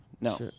No